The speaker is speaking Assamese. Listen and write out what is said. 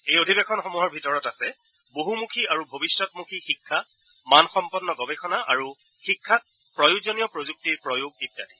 এই অধিৱেশনসমূহৰ ভিতৰত আছে বহুমুখী আৰু ভৱিষ্যতমুখী শিক্ষা মান সম্পন্ন গৱেষণা আৰু শিক্ষাত প্ৰয়োজনীয় প্ৰযুক্তিৰ প্ৰয়োগ আদি